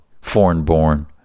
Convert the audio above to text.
foreign-born